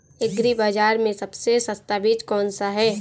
Agree Bazaar में सबसे सस्ता बीज कौनसा है?